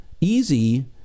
easy